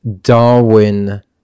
Darwin